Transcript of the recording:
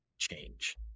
change